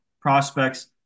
prospects